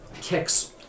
kicks